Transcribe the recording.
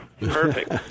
Perfect